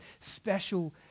special